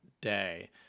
day